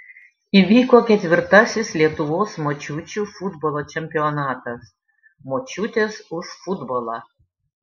įvyko ketvirtasis lietuvos močiučių futbolo čempionatas močiutės už futbolą